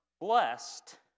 blessed